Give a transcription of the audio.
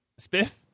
spiff